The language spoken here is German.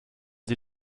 sie